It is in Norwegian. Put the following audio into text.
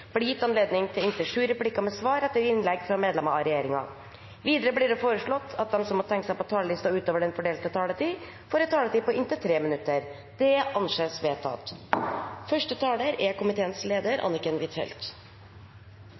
blir gitt anledning til replikkordskifte på inntil sju replikker med svar etter innlegg fra medlemmer av regjeringen. Videre blir det foreslått at de som måtte tegne seg på talerlisten utover den fordelte taletid, får en taletid på inntil 3 minutter. – Det anses vedtatt. Norge har igjen fått en egen utviklingsminister. Det synes jeg er